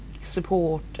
support